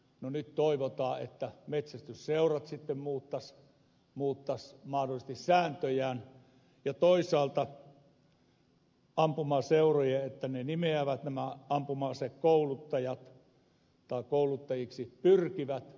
no nyt toivotaan että metsästysseurat sitten muuttaisivat mahdollisesti sääntöjään ja että toisaalta ampumaseurat nimeävät nämä ampuma asekouluttajat tai kouluttajiksi pyrkivät